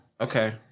Okay